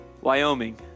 Wyoming